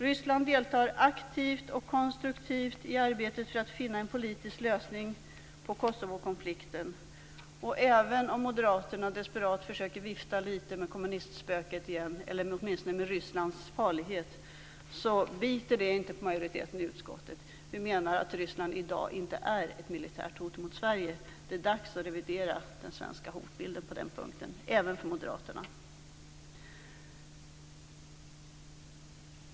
Ryssland deltar aktivt och konstruktivt i arbetet för att finna en politisk lösning på Kosovokonflikten. Även om moderaterna desperat försöker vifta lite med kommunistspöket igen eller åtminstone med Rysslands farlighet, biter det inte på majoriteten i utskottet. Vi menar att Ryssland inte i dag är ett militärt hot mot Sverige. Det är dags att revidera den svenska hotbilden på den punkten, även för moderaterna.